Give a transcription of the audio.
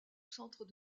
centre